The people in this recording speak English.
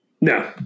No